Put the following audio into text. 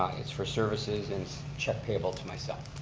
it's for services, it's check payable to myself.